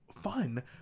fun